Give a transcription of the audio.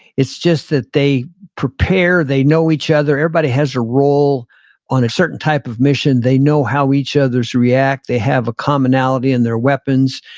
it's just that they prepare. they know each other. everybody has a role on a certain type of mission. they know how each others react. they have a commonality in their weapons,